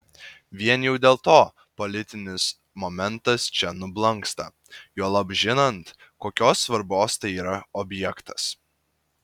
vien jau dėl to politinis momentas čia nublanksta juolab žinant kokios svarbos tai yra objektas